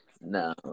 No